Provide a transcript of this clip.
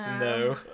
No